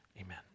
amen